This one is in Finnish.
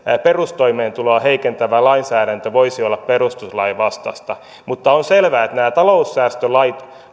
perustoimeentuloa heikentävä lainsäädäntö voisi olla perustuslain vastaista mutta on selvää että nämä taloussäästölait